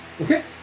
Okay